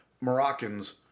Moroccans